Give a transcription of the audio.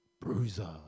bruiser